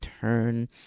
turn